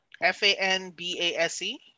F-A-N-B-A-S-E